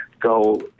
go